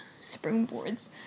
springboards